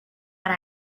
and